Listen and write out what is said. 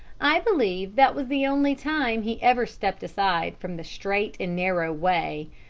i believe that was the only time he ever stepped aside from the strait and narrow way.